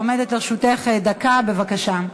עומדת לרשותך דקה, בבקשה.